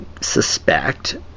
suspect